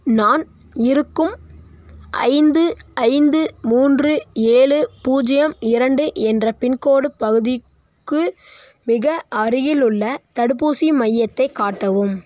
நான் இருக்கும் ஐந்து ஐந்து மூன்று ஏழு பூஜ்ஜியம் இரண்டு என்ற பின்கோடு பகுதிக்கு மிக அருகில் உள்ள தடுப்பூசி மையத்தை காட்டவும்